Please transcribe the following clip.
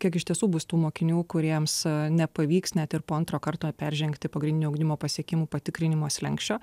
kiek iš tiesų bus tų mokinių kuriems nepavyks net ir po antro karto peržengti pagrindinio ugdymo pasiekimų patikrinimo slenksčio